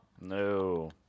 no